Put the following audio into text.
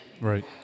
Right